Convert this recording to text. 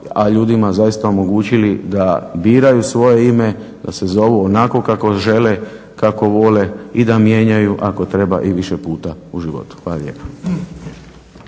a ljudima zaista omogućili da biraju svoje ime, da se zovu onako kako žele, kako vole i da mijenjaju ako treba i više puta u životu. Hvala lijepa.